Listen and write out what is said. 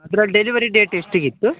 ಅದ್ರಲ್ಲಿ delivery date ಎಷ್ಟಿಗೆ ಇತ್ತು